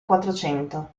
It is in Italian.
quattrocento